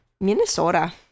Minnesota